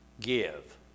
give